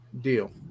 Deal